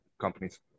companies